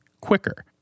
quicker